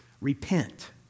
Repent